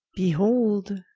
behold,